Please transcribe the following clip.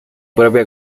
propia